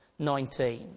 19